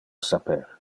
saper